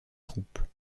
troupes